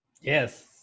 Yes